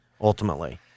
ultimately